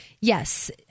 yes